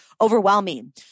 overwhelming